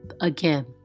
Again